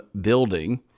building